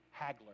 Hagler